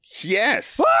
Yes